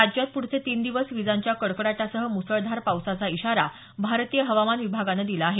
राज्यात पुढचे तीन दिवस विजांच्या कडकडाटासह मुसळधार पावसाचा इशारा भारतीय हवामान विभागानं दिला आहे